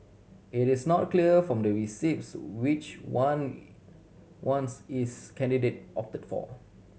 it is not clear from the receipts which one ones each candidate opted for